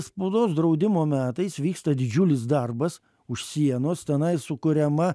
spaudos draudimo metais vyksta didžiulis darbas už sienos tenai sukuriama